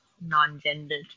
non-gendered